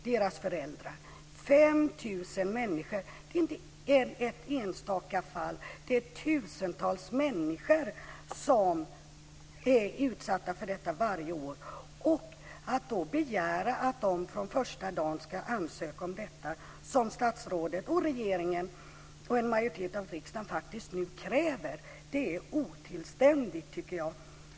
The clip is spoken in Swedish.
Det är inte fråga om ett enstaka fall utan om tusentals människor som är utsatta för detta varje år. Att då begära att de från första dagen ska ansöka om detta - som statsrådet och regeringen och också en majoritet av riksdagen nu faktiskt kräver - är otillständigt, tycker jag.